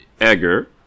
Egger